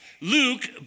Luke